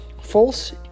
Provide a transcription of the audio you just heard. false